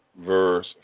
verse